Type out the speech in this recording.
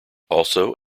also